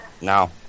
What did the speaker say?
now